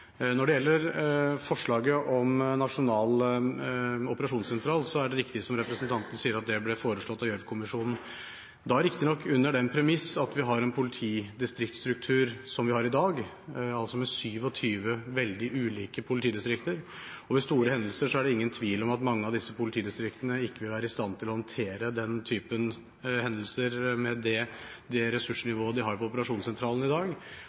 Når det gjelder forslaget om en nasjonal operasjonssentral, er det riktig som representanten sier, at det ble foreslått av Gjørv-kommisjonen, da riktignok under den premiss at vi har en politidistriktsstruktur som vi har i dag, altså med 27 veldig ulike politidistrikter. Ved store hendelser er det ingen tvil om at mange av disse politidistriktene ikke vil være i stand til å håndtere den type hendelser med det ressursnivået de har på operasjonssentralen i dag,